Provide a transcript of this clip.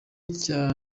cya